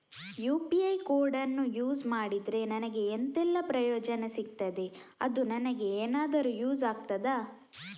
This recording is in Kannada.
ಯು.ಪಿ.ಐ ಕೋಡನ್ನು ಯೂಸ್ ಮಾಡಿದ್ರೆ ನನಗೆ ಎಂಥೆಲ್ಲಾ ಪ್ರಯೋಜನ ಸಿಗ್ತದೆ, ಅದು ನನಗೆ ಎನಾದರೂ ಯೂಸ್ ಆಗ್ತದಾ?